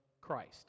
Christ